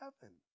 heaven